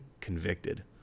convicted